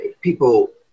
people